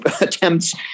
attempts